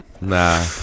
Nah